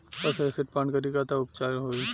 पशु एसिड पान करी त का उपचार होई?